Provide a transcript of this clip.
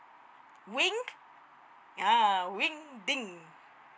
wing ah wing ding